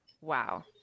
Wow